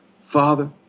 Father